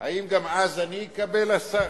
האם גם אז אני אקבל 10 שקלים,